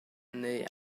neu